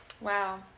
Wow